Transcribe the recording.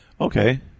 Okay